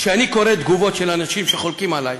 כשאני קורא תגובות של אנשים שחולקים עלי,